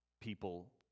people